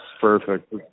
Perfect